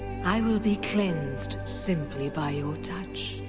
i will be cleansed simply by your touch!